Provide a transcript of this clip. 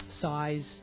size